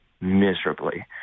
miserably